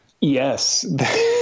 Yes